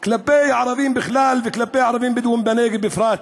כלפי הערבים בכלל וכלפי ערבים בדואים בנגב בפרט.